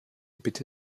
bitte